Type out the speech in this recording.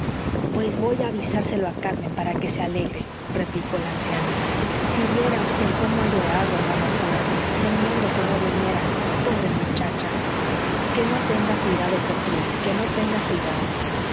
pues voy a avisárselo a carmen para que se alegre replicó la anciana si viera vd como ha llorado hermano cura temiendo que no viniera pobre muchacha que no tenga cuidado gertrudis que no tenga cuidado